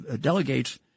delegates